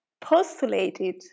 postulated